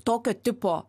tokio tipo